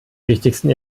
wichtigsten